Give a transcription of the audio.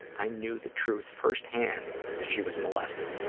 i knew the truth firsthand that she was molested,